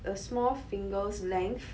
a small finger's length